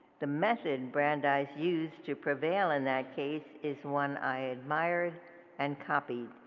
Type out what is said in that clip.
the method brandeis used to prevail in that case is one i admired and copied.